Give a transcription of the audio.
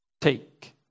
Take